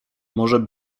może